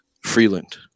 Freeland